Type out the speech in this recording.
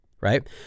right